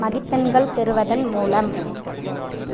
மதிப்பெண்கள் பெறுவதன் மூலம்